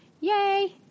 Yay